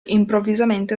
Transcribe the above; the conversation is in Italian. improvvisamente